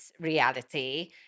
reality